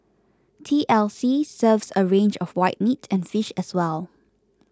T L C serves a range of white meat and fish as well